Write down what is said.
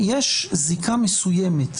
יש זיקה מסוימת,